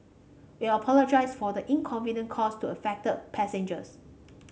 we apologise for the inconvenience caused to affected passengers